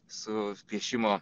su piešimo